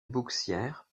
bouxières